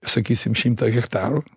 sakysim šimtą hektarų